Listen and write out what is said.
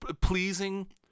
Pleasing